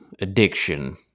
addiction